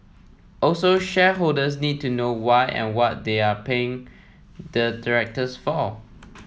also shareholders need to know why and what they are paying the directors for